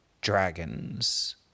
dragons